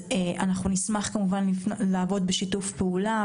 אנחנו נשמח לעבוד בשיתוף פעולה,